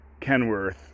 Kenworth